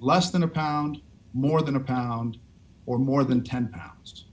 less than a pound more than a pound or more than ten pounds